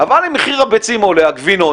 אבל אם מחיר הביצים והגבינות עולה,